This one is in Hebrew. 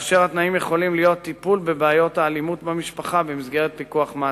התנאים יכולים להיות טיפול בבעיות האלימות במשפחה במסגרת פיקוח מעצר.